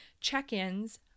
check-ins